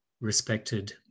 respected